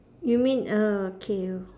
you mean ah K you